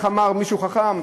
איך אמר מישהו חכם?